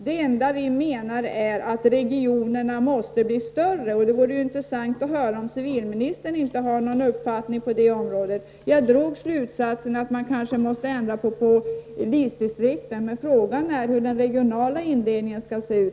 Det enda vi menar är att regionerna måste bli större. Det vore intressant att få höra om civilministern har någon uppfattning på det området. Jag drog slutsatsen att man kanske måste ändra på polisdistrikten, men frågan är hur den regionala indelningen skall se ut.